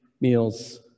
meals